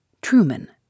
Truman